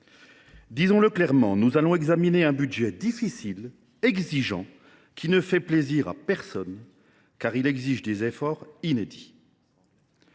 Disons le clairement : nous allons examiner un budget difficile, exigeant et qui ne fait plaisir à personne, car il exige des efforts inédits.